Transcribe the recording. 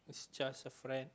just a friend